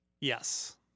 Yes